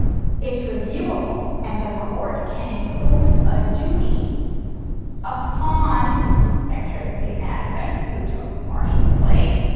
it's reviewable and the court can impose a duty upon secretary of state madison, who took marshall's place,